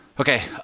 Okay